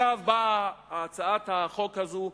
עכשיו באה הצעת החוק הזו,